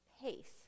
pace